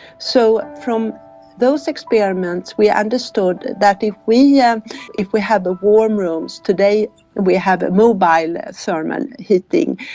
so from those experiments we understood that if we yeah if we have a warm room, today we have mobile ah thermal heating,